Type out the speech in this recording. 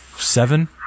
Seven